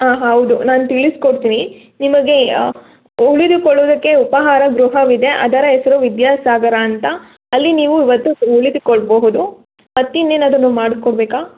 ಆಂ ಹೌದು ನಾನು ತಿಳಿಸಿಕೊಡ್ತೀನಿ ನಿಮಗೆ ಉಳಿದುಕೊಳ್ಳೋದಕ್ಕೆ ಉಪಹಾರ ಗೃಹವಿದೆ ಅದರ ಹೆಸರು ವಿದ್ಯಾಸಾಗರ ಅಂತ ಅಲ್ಲಿ ನೀವು ಇವತ್ತು ಉಳಿದುಕೊಳ್ಳಬಹುದು ಮತ್ತಿನ್ನೇನಾದ್ರು ಮಾಡಿಕೊಡ್ಬೇಕಾ